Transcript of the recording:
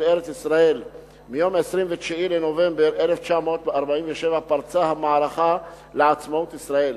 ארץ-ישראל מיום 29 בנובמבר 1947 פרצה המערכה לעצמאות ישראל.